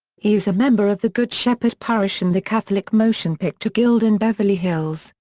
he is a member of the good shepherd parish and the catholic motion picture guild in beverly hills,